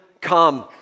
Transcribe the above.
come